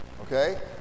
okay